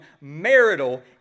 marital